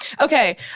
Okay